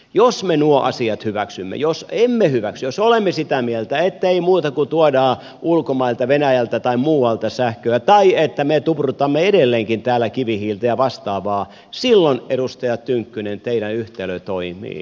jos emme noita asioita hyväksy jos olemme sitä mieltä ettei muuta kuin tuodaan ulkomailta venäjältä tai muualta sähköä tai että me tuprutamme edelleenkin täällä kivihiiltä ja vastaavaa silloin edustaja tynkkynen teidän yhtälönne toimii